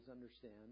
understand